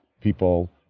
people